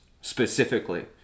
specifically